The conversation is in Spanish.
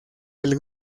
del